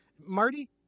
Marty